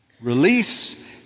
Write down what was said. Release